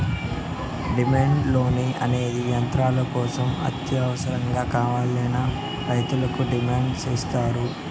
demand loan అనేది యంత్రాల కోసం అత్యవసరంగా కావాలని రైతులు డిమాండ్ సేత్తారు